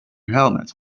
helmet